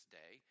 day